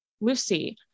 Lucy